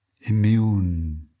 immune